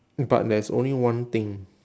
but there's only one thing